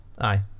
aye